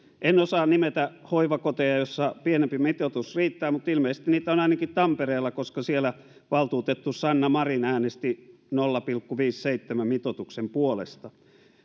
en osaa nimetä hoivakoteja joissa pienempi mitoitus riittää mutta ilmeisesti niitä on ainakin tampereella koska siellä valtuutettu sanna marin äänesti nolla pilkku viisikymmentäseitsemän mitoituksen puolesta